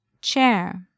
Chair